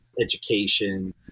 education